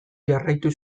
jarraitu